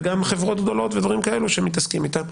וגם חברות גדולות וכולי שמתעסקים איתם.